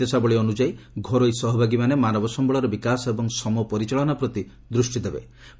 ଏହି ନିର୍ଦ୍ଦେଶାବଳୀ ଅନୁଯାୟୀ ଘରୋଇ ସହଭାଗୀମାନେ ମାନବ ସମ୍ଭଳର ବିକାଶ ଏବଂ ସମପରିଚାଳନା ପ୍ରତି ଦୂଷ୍ଟି ଦେବେ